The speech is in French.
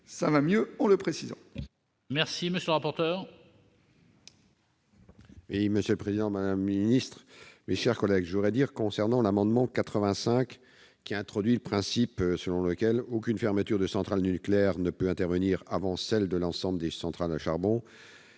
Cela va mieux en le précisant